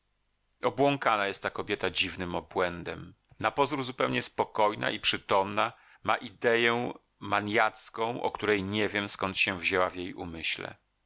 staremu człowiekowi obłąkana jest ta kobieta dziwnym obłędem na pozór zupełnie spokojna i przytomna ma ideję manjacką o której nie wiem skąd się wzięła w jej umyśle